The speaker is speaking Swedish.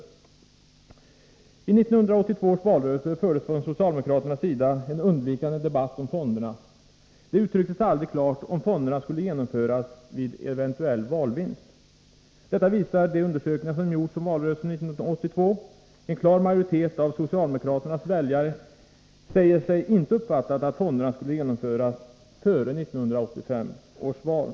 I 1982 års valrörelse fördes från socialdemokraternas sida en undvikande debatt om fonderna; det uttrycktes aldrig klart om fonderna skulle genomföras vid eventuell valvinst. Detta visar de undersökningar som gjorts om valrörelsen 1982. En klar majoritet av socialdemokraternas väljare säger sig inte ha uppfattat att fonderna skulle genomföras före 1985 års val.